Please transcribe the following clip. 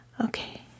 Okay